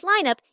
lineup